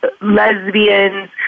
lesbians